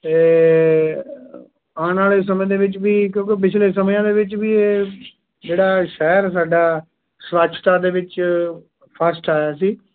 ਅਤੇ ਆਉਣ ਵਾਲੇ ਸਮੇਂ ਦੇ ਵਿੱਚ ਵੀ ਕਿਉਂਕਿ ਪਿਛਲੇ ਸਮਿਆਂ ਦੇ ਵਿੱਚ ਵੀ ਇਹ ਜਿਹੜਾ ਸ਼ਹਿਰ ਸਾਡਾ ਸਵੱਛਤਾ ਦੇ ਵਿੱਚ ਫਸਟ ਆਇਆ ਸੀ